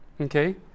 Okay